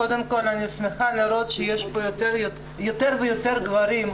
קודם כל אני שמחה לראות שיש פה יותר ויותר גברים,